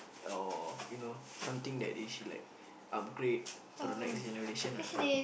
or you know something that they should like upgrade for the next generation ah